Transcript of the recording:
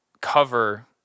cover